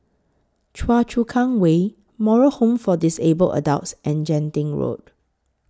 Choa Chu Kang Way Moral Home For Disabled Adults and Genting Road